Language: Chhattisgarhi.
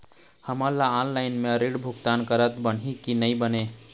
हमन ला ऑनलाइन म ऋण भुगतान करत बनही की नई बने?